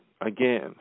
again